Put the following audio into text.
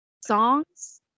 songs